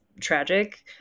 tragic